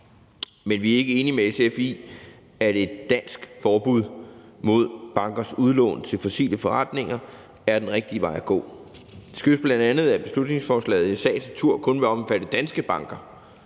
Men vi er ikke enige med SF i, at et dansk forbud mod bankers udlån til fossile forretninger er den rigtige vej at gå. Det skyldes bl.a., at beslutningsforslaget i sagens natur kun vil omfatte danske banker